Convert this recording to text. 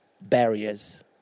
barriers